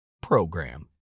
PROGRAM